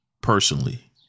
personally